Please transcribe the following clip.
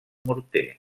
morter